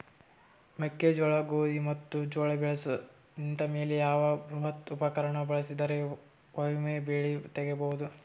ಮೆಕ್ಕೆಜೋಳ, ಗೋಧಿ ಮತ್ತು ಜೋಳ ಬೆಳೆದು ನಿಂತ ಮೇಲೆ ಯಾವ ಬೃಹತ್ ಉಪಕರಣ ಬಳಸಿದರ ವೊಮೆ ಬೆಳಿ ತಗಿಬಹುದು?